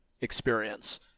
experience